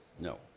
No